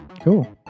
Cool